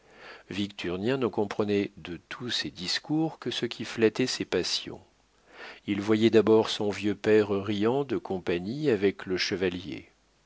victurnien ne comprenait de tous ces discours que ce qui flattait ses passions il voyait d'abord son vieux père riant de compagnie avec le chevalier